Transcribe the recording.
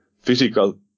physical